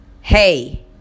Hey